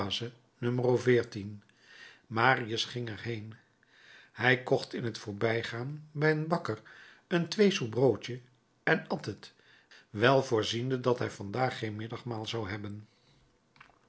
marius ging er heen hij kocht in t voorbijgaan bij een bakker een tweesous broodje en at het wel voorziende dat hij vandaag geen middagmaal zou hebben